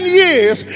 years